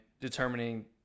determining